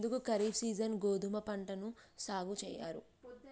ఎందుకు ఖరీఫ్ సీజన్లో గోధుమ పంటను సాగు చెయ్యరు?